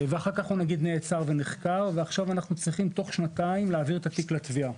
אחר כך הוא נעצר ונחקר ואנחנו צריכים תוך שנתיים להעביר את התיק לתביעה.